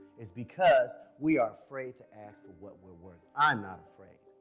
is because we are afraid to ask for what we're worth. i'm not afraid